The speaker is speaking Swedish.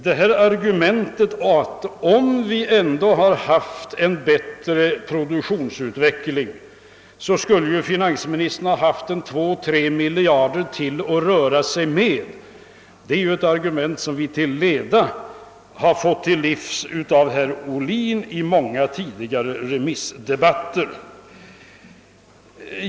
Hans resonemang, att om vi ändå hade haft en fördelaktigare produktionsutveckling, så skulle finansministern ha haft två, tre miljarder till att röra sig med, är ju ett argument som vi till leda fått oss till livs av herr Ohlin i många tidigare remissdebatter.